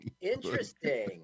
Interesting